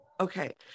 okay